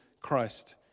Christ